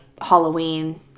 Halloween